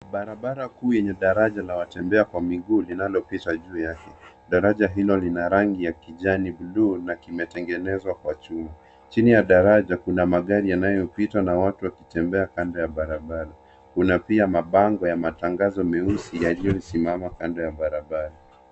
Barabara kuu ya daraja la watembea kwa miguu linalopita juu yake. Daraja hiyo ina rangi ya kijani, buluu na kimetengenezwa kwa chuma. Chini ya daraja kuna magari yanayopita na watu wakitembea kando ya barabara. Kuna pia mabango ya matangazo meusi, yaliyosimama kando ya barabara.